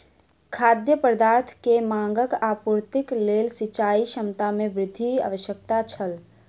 खाद्य पदार्थ के मांगक आपूर्तिक लेल सिचाई क्षमता में वृद्धि आवश्यक छल